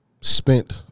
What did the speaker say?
spent